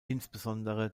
insbesondere